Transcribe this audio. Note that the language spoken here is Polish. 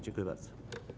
Dziękuję bardzo.